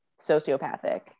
sociopathic